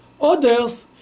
Others